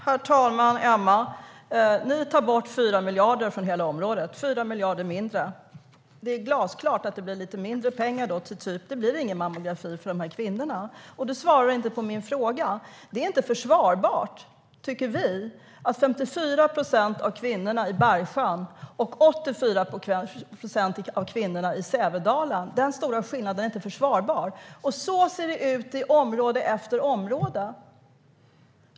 Herr talman! Ni tar bort 4 miljarder från hela området, Emma. Det blir 4 miljarder mindre. Det är glasklart att det då blir lite mindre pengar. Det blir ingen mammografi för de här kvinnorna. Du svarade inte på min fråga. Vi tycker inte att det är försvarbart med en så stor skillnad som mellan 54 procent av kvinnorna i Bergsjön och 84 procent av kvinnorna i Sävedalen. Så ser det ut i område efter område.